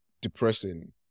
depressing